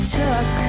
took